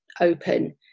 open